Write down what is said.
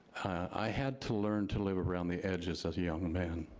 i had to learn to live around the edges as a young man.